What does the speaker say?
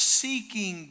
seeking